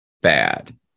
bad